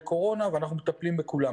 בעפולה ובנהרייה לא נתקבלו.